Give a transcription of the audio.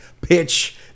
pitch